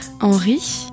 Henry